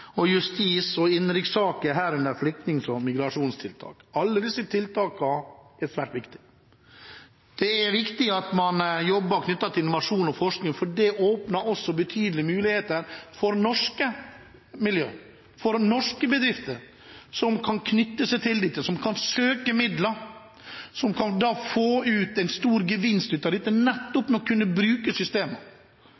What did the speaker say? og justis- og innenrikssaker, herunder flyktning- og migrasjonstiltak som den tredje. Alle disse tiltakene er svært viktige. Det er viktig at man jobber med innovasjon og forskning, for det åpner også betydelige muligheter for norske miljøer, for norske bedrifter, som kan knytte seg til dette, som kan søke om midler, som kan få en stor gevinst ut av dette, nettopp ved å kunne bruke